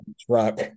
truck